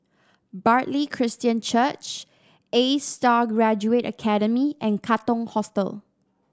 Bartley Christian Church A Star Graduate Academy and Katong Hostel